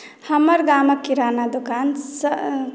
हमर गामक किराना दोकानसँ